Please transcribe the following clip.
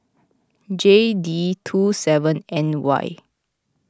J D two seven N Y